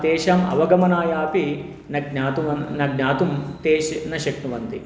तेषाम् अवगमनायापि न ज्ञातुवन् न ज्ञातुं ते श् न शक्नुवन्ति